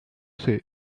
say